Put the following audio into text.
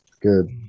Good